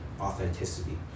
authenticity